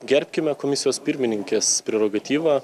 gerbkime komisijos pirmininkės prerogatyvą